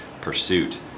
pursuit